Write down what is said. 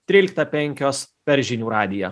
trylikta penkios per žinių radiją